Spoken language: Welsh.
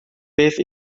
beth